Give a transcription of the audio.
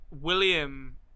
William